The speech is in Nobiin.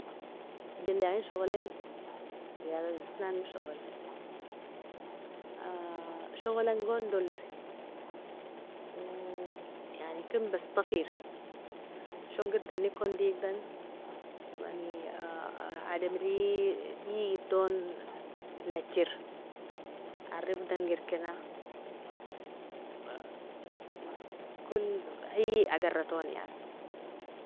Jali ien shogoli eiadat asnanel shogol shogolngon dolier yani ken bastafer shongertanikon digdan mani adamri digidton najer aarifdanger kena ay agaraton yani.